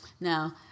Now